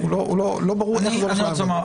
איך בכלל נסדיר את